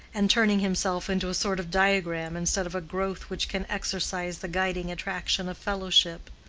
and turning himself into a sort of diagram instead of a growth which can exercise the guiding attraction of fellowship.